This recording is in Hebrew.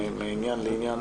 מעניין לעניין